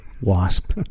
Wasp